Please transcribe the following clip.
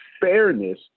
fairness